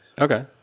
Okay